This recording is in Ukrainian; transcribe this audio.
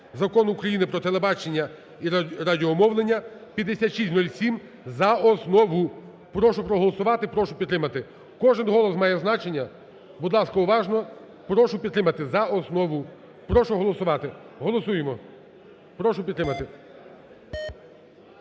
Закону України "Про телебачення і радіомовлення" (5607) за основу. Прошу проголосувати і прошу підтримати. Кожен голос має значення. Будь ласка, уважно. Прошу підтримати за основу. Прошу голосувати. Голосуємо. Прошу підтримати.